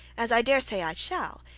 as i dare say i shall,